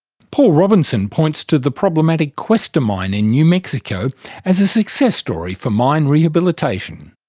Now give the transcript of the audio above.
paul robinson points to the problematic questa mine in new mexico as a success story for mine rehabilitation.